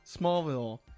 Smallville